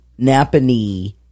Napanee